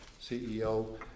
CEO